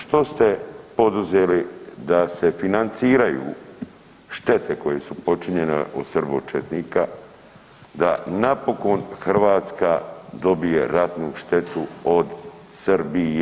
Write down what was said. Što ste poduzeli da se financiraju štete koje su počinjene od srbo-četnika, da napokon Hrvatska dobije ratnu štetu od Srbije?